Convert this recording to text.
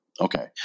Okay